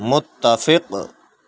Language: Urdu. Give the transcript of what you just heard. متفق